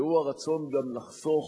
והוא הרצון גם לחסוך